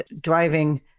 driving